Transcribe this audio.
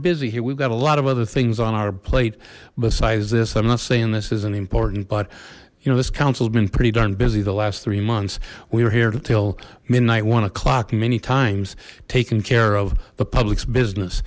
busy here we've got a lot of other things on our plate besides this i'm not saying this isn't important but you know this council has been pretty darn busy the last three months we were here two till midnight one o'clock many times taking care of the public's business